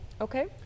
Okay